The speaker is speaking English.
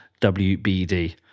WBD